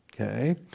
Okay